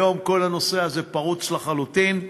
היום כל הנושא הזה פרוץ לחלוטין.